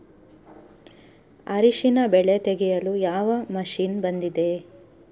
ಅರಿಶಿನ ಬೆಳೆ ತೆಗೆಯಲು ಯಾವ ಮಷೀನ್ ಬಂದಿದೆ?